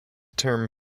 term